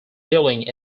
dwelling